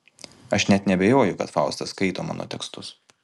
aš net neabejoju kad fausta skaito mano tekstus